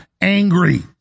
angry